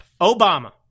Obama